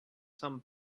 some